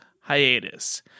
hiatus